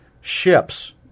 ships